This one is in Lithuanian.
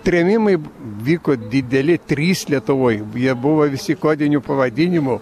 trėmimai vyko dideli trys lietuvoj jie buvo visi kodiniu pavadinimu